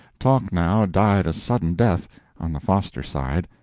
talk now died a sudden death on the foster side.